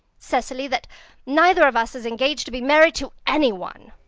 cecily, that neither of us is engaged to be married to any one.